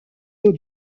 eaux